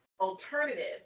alternatives